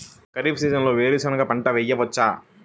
ఖరీఫ్ సీజన్లో వేరు శెనగ పంట వేయచ్చా?